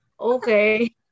okay